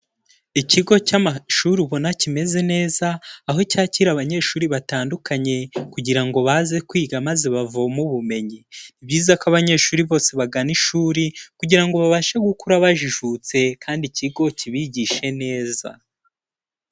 Ikigo cy'amashuri ubona kimeze neza, aho cyakira abanyeshuri batandukanye kugira ngo baze kwiga maze bavoma ubumenyi, ni byiza ko abanyeshuri bose bagana ishuri kugira ngo babashe gukura bajijutse kandi ikigo kibigishe neza.